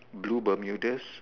blue Bermudas